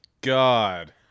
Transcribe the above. God